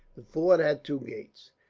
the fort had two gates.